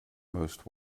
most